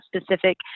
specific